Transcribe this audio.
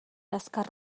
azkar